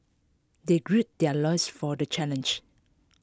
they gird their loins for the challenge